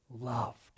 loved